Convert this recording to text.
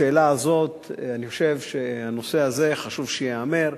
בשאלה הזאת אני חושב שזה חשוב שייאמר.